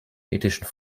ethischen